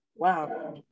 Wow